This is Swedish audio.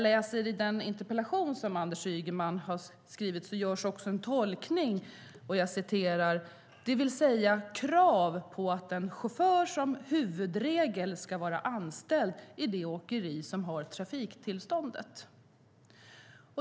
I den interpellation som Anders Ygeman har skrivit görs också en tolkning: "det vill säga krav på att en chaufför som huvudregel ska vara anställd i det åkeri som har trafiktillståndet."